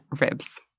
ribs